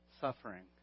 suffering